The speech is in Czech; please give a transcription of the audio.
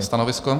Stanovisko?